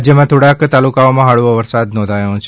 રાજ્યમાં થોડાક તાલુકાઓમાં હળવો વરસાદ નોંધાયું છે